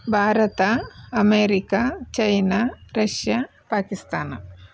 Bharat America China Russia Pakistan